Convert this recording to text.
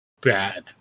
bad